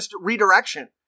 redirection